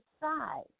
side